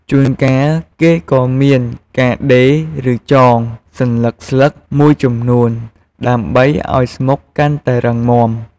ជួនកាល គេក៏មានការដេរ ឬចង សន្លឹកស្លឹកមួយចំនួនដើម្បីឲ្យស្មុកកាន់តែរឹងមាំ។